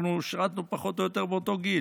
אנחנו שירתנו פחות או יתר באותו גיל,